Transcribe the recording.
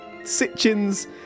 Sitchin's